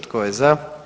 Tko je za?